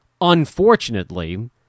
unfortunately